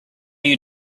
you